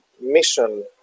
mission